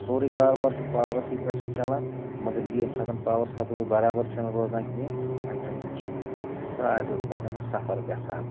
سورُے کاربار چھُ پاورَسٕے پٮ۪ٹھ چَلان مگر ییٚمہِ ساتہٕ پاوَر سَپلاے برابر چھَنہٕ روزان کِہیٖنۍ اَمہِ سۭتۍ چھِ سارویو کھۄتہٕ سفر گژھان